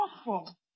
awful